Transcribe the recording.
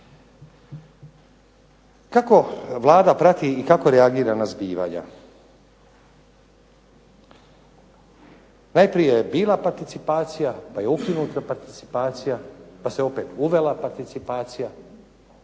Kako Vlada prati i kako reagira na zbivanja? Najprije je bila participacija, pa je ukinuta participacija, pa se opet uvela participacija.